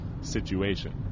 situation